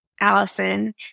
Allison